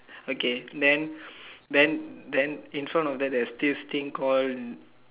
okay then then then in front of that there's this thing called